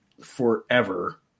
forever